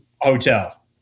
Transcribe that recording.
hotel